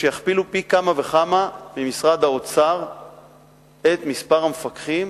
שיכפילו פי כמה וכמה את מספר המפקחים